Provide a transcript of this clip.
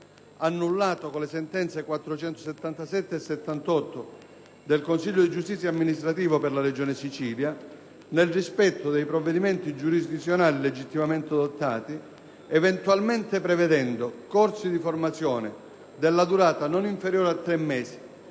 annullato con le sentenze nn. 477 e 478 del Consiglio di giustizia amministrativa per la regione Sicilia, nel rispetto dei provvedimenti giurisdizionali legittimamente adottati, eventualmente prevedendo corsi di formazione della durata non inferiore a tre mesi